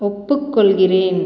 ஒப்புக் கொள்கிறேன்